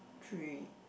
three